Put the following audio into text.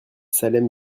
salem